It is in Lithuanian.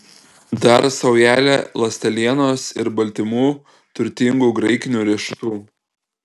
dar saujelę ląstelienos ir baltymų turtingų graikinių riešutų